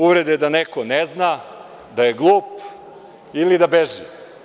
Uvrede da neko ne zna, da je glup ili da beži.